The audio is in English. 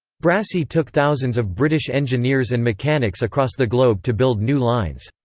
brassey took thousands of british engineers and mechanics across the globe to build new lines.